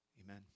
Amen